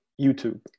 YouTube